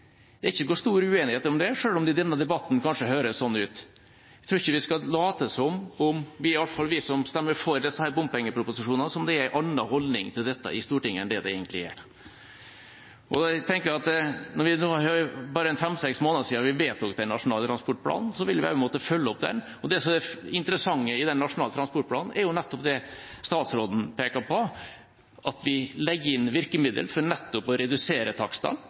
Det er ikke noen stor uenighet om det, selv om det i denne debatten kanskje høres sånn ut. Jeg tror iallfall vi som stemmer for disse bompengeproposisjonene, ikke skal late som om det er en annen holdning til dette i Stortinget enn det det egentlig er. Når det bare er fem–seks måneder siden vi vedtok Nasjonal transportplan, vil vi også måtte følge den opp. Og det som er det interessante i Nasjonal transportplan, er det statsråden peker på, at vi legger inn virkemidler for nettopp å redusere takstene